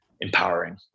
empowering